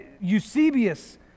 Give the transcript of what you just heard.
eusebius